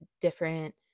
different